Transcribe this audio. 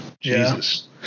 Jesus